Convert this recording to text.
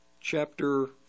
chapter